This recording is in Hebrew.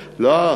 לא,